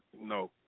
no